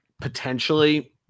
potentially